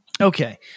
okay